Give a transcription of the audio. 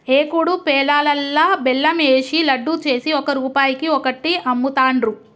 ఏకుడు పేలాలల్లా బెల్లం ఏషి లడ్డు చేసి ఒక్క రూపాయికి ఒక్కటి అమ్ముతాండ్రు